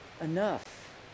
enough